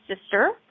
sister